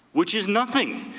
which is nothing.